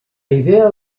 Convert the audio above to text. idea